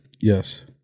Yes